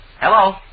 Hello